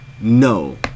no